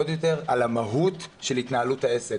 עוד יותר על המהות של התנהלות העסק,